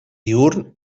diürn